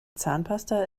zahnpasta